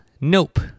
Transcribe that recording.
Nope